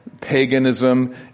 Paganism